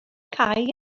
cau